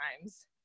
times